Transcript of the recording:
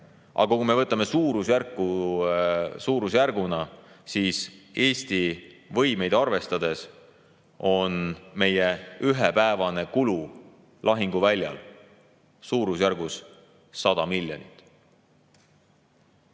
aga kui me võtame suurusjärguna, siis Eesti võimeid arvestades on meie ühepäevane kulu lahinguväljal 100 miljonit.